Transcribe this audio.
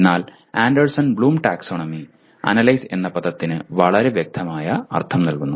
എന്നാൽ Anderson Bloom taxonomy analyse എന്ന പദത്തിന് വളരെ വ്യക്തമായ അർത്ഥം നൽകുന്നു